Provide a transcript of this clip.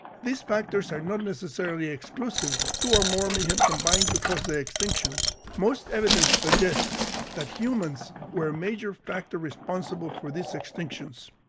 these factors are not necessarily exclusive two or more may have combined to cause the extinctions. most evidence suggests that humans were a major factor responsible for these extinctions.